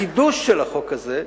החידוש של החוק הזה,